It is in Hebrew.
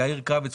יאיר קרביץ,